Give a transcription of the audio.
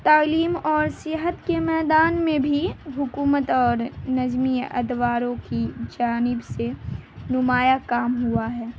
تعلیم اور صحت کے میدان میں بھی حکومت اور نظمی ادواروں کی جانب سے نمایاں کام ہوا ہے